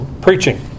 Preaching